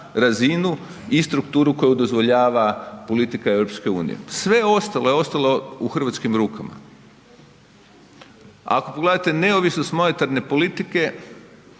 razinu i strukturu koju dozvoljava politika Europske unije. Sve ostalo je ostalo u hrvatskim rukama. Ako pogledate neovisnost monetarne politike